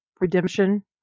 redemption